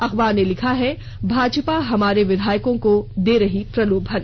अखबार लिखता है भाजपा हमारे विधायकों को दे रही प्रलोभन